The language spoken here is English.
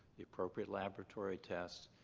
the appropriate laboratory tests?